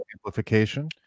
amplification